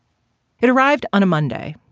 it arrived on a monday.